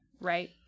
Right